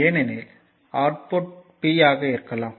ஏனெனில் output P ஆக இருக்கலாம்